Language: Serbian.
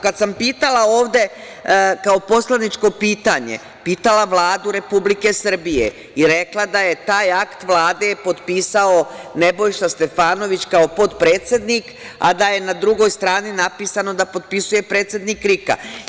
Kad sam pitala ovde kao poslaničko pitanje, pitala Vladu Republike Srbije, i rekla da je taj akt Vlade potpisao Nebojša Stefanović kao potpredsednik, a da je na drugoj strani napisano da potpisuje predsednik RIK-a.